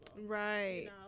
right